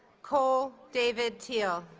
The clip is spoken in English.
cole david teal